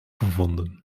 gevonden